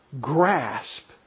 grasp